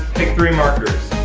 pick three markers.